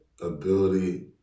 Ability